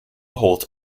holt